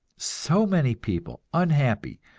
so many people unhappy,